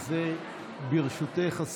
ברשותך,